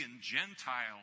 Gentile